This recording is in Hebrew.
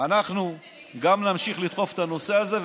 אנחנו גם נמשיך לדחוף את הנושא הזה,